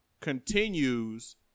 continues